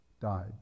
died